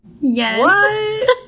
yes